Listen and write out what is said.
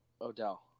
Odell